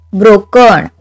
broken